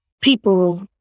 people